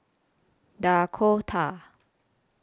Dakota